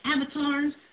Avatars